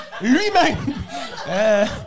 lui-même